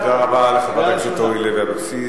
תודה רבה לחברת הכנסת אורלי לוי אבקסיס.